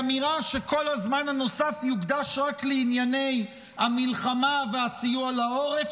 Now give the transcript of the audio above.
באמירה שכל הזמן הנוסף יוקדש רק לענייני המלחמה והסיוע לעורף.